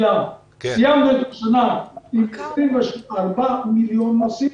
סיימנו את השנה הקודמת עם 24 מיליון נוסעים.